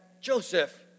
Joseph